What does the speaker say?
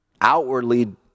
outwardly